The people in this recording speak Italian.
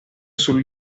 sul